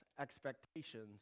expectations